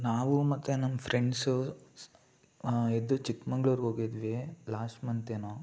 ನಾವು ಮತ್ತು ನನ್ನ ಫ್ರೆಂಡ್ಸು ಇದು ಚಿಕ್ಕಮಗಳೂರಿಗೆ ಹೋಗಿದ್ವಿ ಲಾಸ್ಟ್ ಮಂತ್ ಏನೋ